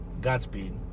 Godspeed